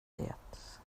det